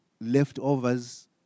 Leftovers